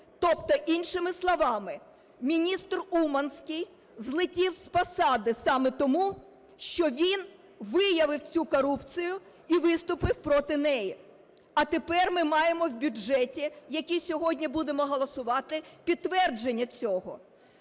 Тобто, іншими словами, міністр Уманський злетів з посади саме тому, що він виявив цю корупцію і виступив проти неї. А тепер ми маємо в бюджеті, який сьогодні будемо голосувати, підтвердження цього.